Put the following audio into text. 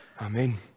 Amen